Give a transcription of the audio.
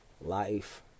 life